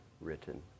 written